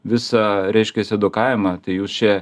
visą reiškias edukavimą tai jūs čia